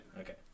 Okay